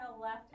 left